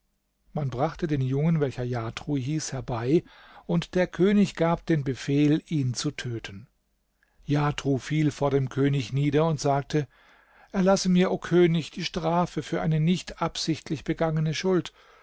man brachte den jungen welcher jatru hieß herbei und der könig gab den befehl ihn zu töten jatru fiel vor dem könig nieder und sagte erlasse mir o könig die strafe für eine nicht absichtlich begangene schuld